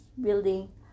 building